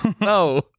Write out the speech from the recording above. no